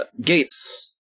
Gates